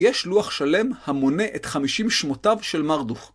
יש לוח שלם המונה את חמישים שמותיו של מרדוך.